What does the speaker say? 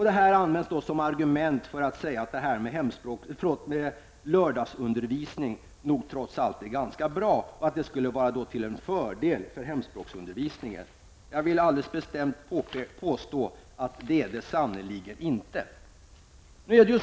Detta används som argument när man säger att lördagsundervisning trots allt är ganska bra och att det skulle vara till en fördel till hemspråksundervisningen. Jag vill alldeles bestämt hävda, att det är det sannerligen inte.